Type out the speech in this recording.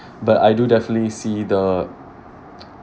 but I do definitely see the